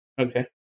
Okay